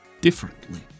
differently